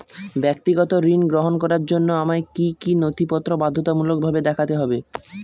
ব্যক্তিগত ঋণ গ্রহণ করার জন্য আমায় কি কী নথিপত্র বাধ্যতামূলকভাবে দেখাতে হবে?